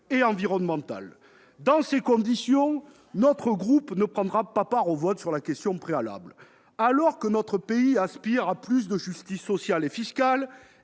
et environnementale. Dans ces conditions, notre groupe ne prendra pas part au vote sur la question préalable. Alors que notre pays aspire à plus de justice fiscale et sociale,